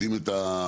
יודעים את הבעיות,